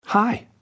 Hi